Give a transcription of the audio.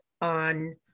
on